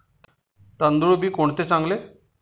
तांदूळ बी कोणते चांगले?